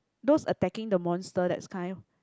those attacking the monster that's kind